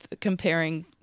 comparing